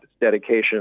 dedication